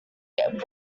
were